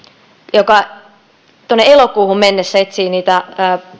joka tuonne elokuuhun mennessä etsii niitä